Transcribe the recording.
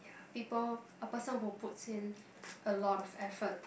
people a person who puts in a lot of effort